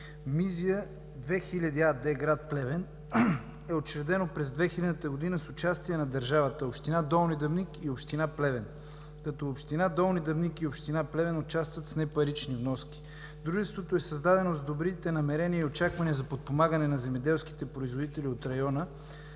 „Мизия 2000“ АД – град Плевен, е учредено през 2000 г. с участие на държавата – община Долни Дъбник и община Плевен. Община Долни Дъбник и община Плевен участват с непарични вноски. Дружеството е създадено с добрите намерения и очаквания за подпомагане на земеделските производители от района